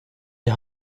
die